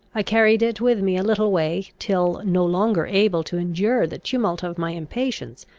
i carried it with me a little way, till, no longer able to endure the tumult of my impatience,